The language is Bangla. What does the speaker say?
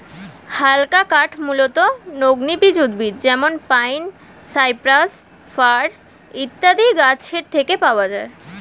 হালকা কাঠ মূলতঃ নগ্নবীজ উদ্ভিদ যেমন পাইন, সাইপ্রাস, ফার ইত্যাদি গাছের থেকে পাওয়া যায়